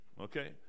Okay